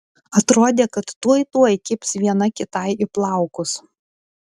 atrodė kad tuoj tuoj kibs viena kitai į plaukus